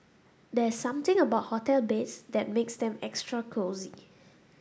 there's something about hotel beds that makes them extra cosy